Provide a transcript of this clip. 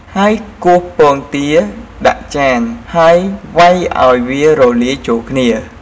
ហើយគោះពងទាដាក់ចាន ហើយវ៉ៃឱ្យវារលាយចូលគ្នា។